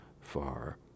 far